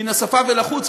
מן השפה ולחוץ,